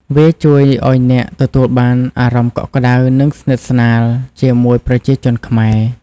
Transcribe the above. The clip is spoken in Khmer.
វាជួយឲ្យអ្នកទទួលបាន អារម្មណ៍កក់ក្តៅ និងស្និទ្ធស្នាល ជាមួយប្រជាជនខ្មែរ។